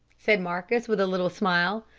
said marcus with a little smile.